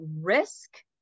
risk